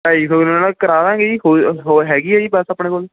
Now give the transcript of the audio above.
ਢਾਈ ਸੌ ਕਰਾ ਦਾਂਗੇ ਜੀ ਹੋਰ ਹੈਗੀ ਆ ਜੀ ਬੱਸ ਆਪਣੇ ਕੋਲ